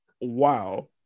wow